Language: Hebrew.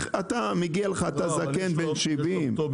אם מגיע לך, כי אתה זקן בן 70 שייתנו.